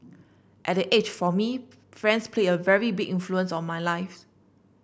at that age for me friends played a very big influence on my life